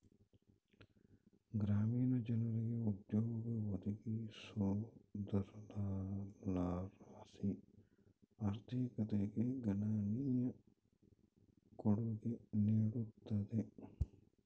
ಗ್ರಾಮೀಣ ಜನರಿಗೆ ಉದ್ಯೋಗ ಒದಗಿಸೋದರ್ಲಾಸಿ ಆರ್ಥಿಕತೆಗೆ ಗಣನೀಯ ಕೊಡುಗೆ ನೀಡುತ್ತದೆ